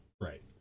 Right